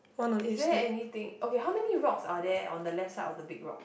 is there anything okay how many rocks are there on the left side of the big rock